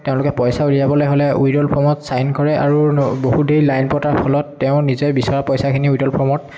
তেওঁলোকে পইচা উলিয়াবলৈ হ'লে উইথড্ৰ'য়েল ফৰ্মত ছাইন কৰে আৰু বহুত দেৰি লাইন পতাৰ ফলত তেওঁ নিজে বিচৰা পইচাখিনি উইথড্ৰ'য়েল ফৰ্মত